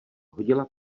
hodila